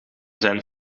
zijn